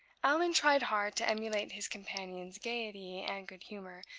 allan tried hard to emulate his companion's gayety and good humor,